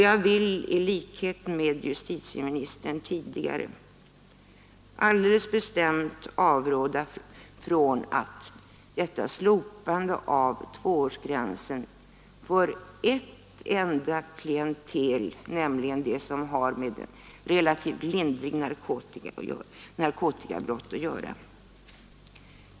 Därför vill jag i likhet med justitieministern alldeles bestämt avråda från detta slopande av tvåårsgränsen för ett enda klientel, nämligen det som har med narkotikabrott att göra.